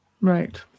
right